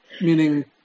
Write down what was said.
Meaning